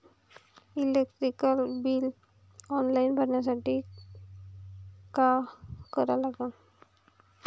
Electric bill online भरासाठी का करा लागन?